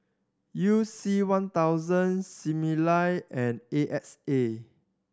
You C One thousand Similac and A X A